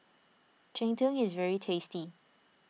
Cheng Tng is very tasty